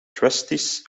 trustees